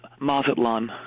Mazatlan